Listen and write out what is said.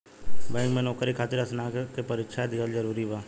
Bank में नौकरी खातिर स्नातक के परीक्षा दिहल जरूरी बा?